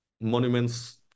monuments